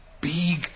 big